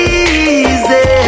easy